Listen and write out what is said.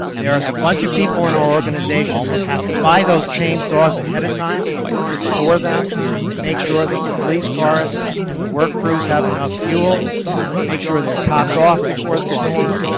there's a bunch of people in our organization that have to buy those chainsaws ahead of time and store them and make sure that the police cars and the work crews have enough fuel and make sure they're topped off before the storm,